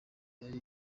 yari